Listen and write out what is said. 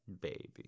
baby